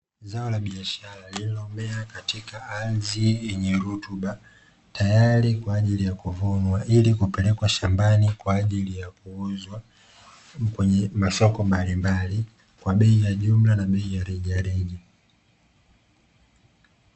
Zao la biashara lililomea katika ardhi yenye rutuba tayari kwa ajili ya kuvunwa, ili kupelekwa shambani kwa ajili ya kuuzwa kwenye masoko mbalimbali kwa bei ya jumla na bei ya rejareja.